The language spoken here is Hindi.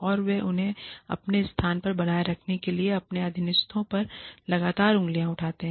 और वे उन्हें अपने स्थान पर बनाए रखने के लिए अपने अधीनस्थों पर लगातार उंगलियां उठाते हैं